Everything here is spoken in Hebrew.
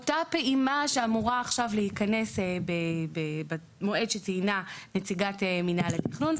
אותה פעימה שאמורה עכשיו להיכנס במועד שציינה נציגת מינהל התכנון.